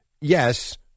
Yes